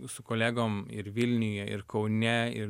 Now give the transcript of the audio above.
su kolegom ir vilniuje ir kaune ir